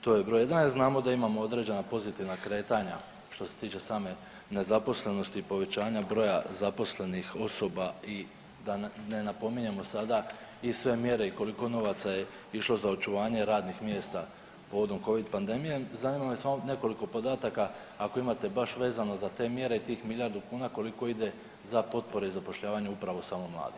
To je broj jedan jer znamo da imamo određena pozitivna kretanja što se tiče same nezaposlenosti i povećanja broja zaposlenih osoba i da ne napominjemo sada i sve mjere i koliko novaca je išlo za očuvanje radnih mjesta povodom covid pandemije, zanima me samo nekoliko podataka ako imate baš vezano za te mjere i tih milijardu kuna koliko ide za potpore zapošljavanja upravo samo mladih.